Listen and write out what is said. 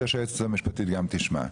אני רוצה שהיועצת המשפטית גם תשמע.